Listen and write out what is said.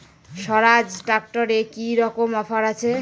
স্বরাজ ট্র্যাক্টরে কি রকম অফার আছে?